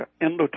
endotoxin